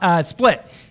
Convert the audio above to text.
split